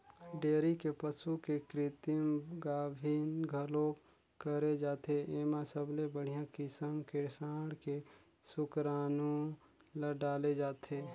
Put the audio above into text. dairy के पसू के कृतिम गाभिन घलोक करे जाथे, एमा सबले बड़िहा किसम के सांड के सुकरानू ल डाले जाथे